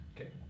Okay